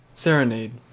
Serenade